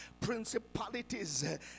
principalities